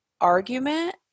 argument